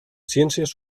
ciències